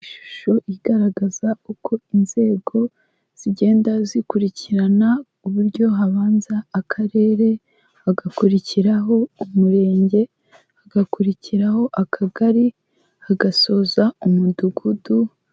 Ishusho igaragaza uko inzego zigenda zikurikirana uburyo habanza akarere, hagakurikiraho umurenge, hagakurikiraho akagari, hagasoza umudugudu.